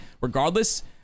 regardless